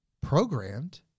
programmed